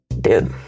Dude